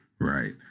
right